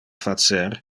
facer